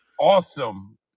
awesome